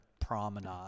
Promenade